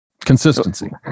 Consistency